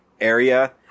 area